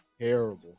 terrible